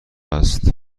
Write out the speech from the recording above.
است